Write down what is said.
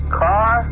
car